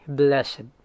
blessed